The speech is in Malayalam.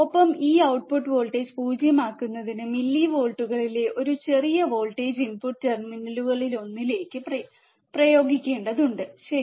ഒപ്പം ഈ ഔട്ട്പുട്ട് വോൾട്ടേജ് 0 ആക്കുന്നതിന് മില്ലിവോൾട്ടുകളിലെ ഒരു ചെറിയ വോൾട്ടേജ് ഇൻപുട്ട് ടെർമിനലുകളിലൊന്നിലേക്ക് പ്രയോഗിക്കേണ്ടതുണ്ട് ശരി